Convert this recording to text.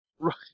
Right